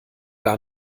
gar